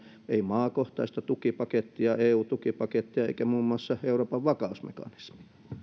maakohtaista tukipakettia eu tukipakettia eikä muun muassa euroopan vakausmekanismia